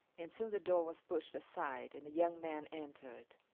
and soon the door was pushed aside and a young man entered.